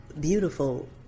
beautiful